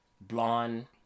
blonde